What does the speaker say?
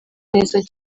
neza